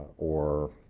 or